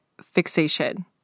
fixation